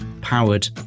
powered